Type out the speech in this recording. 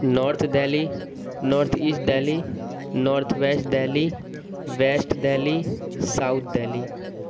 north Delhi north east Delhi north west Delhi west Delhi south Delhi